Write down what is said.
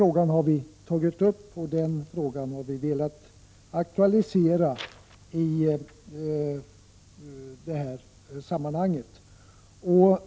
Vi har tagit upp denna fråga och velat aktualisera den i detta sammanhang.